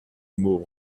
mot